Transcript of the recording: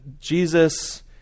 jesus